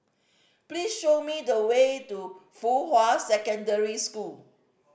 please show me the way to Fuhua Secondary School